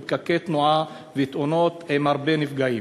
פקקי תנועה ותאונות עם הרבה נפגעים.